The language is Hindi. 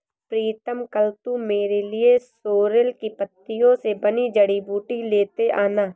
प्रीतम कल तू मेरे लिए सोरेल की पत्तियों से बनी जड़ी बूटी लेते आना